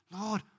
Lord